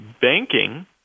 banking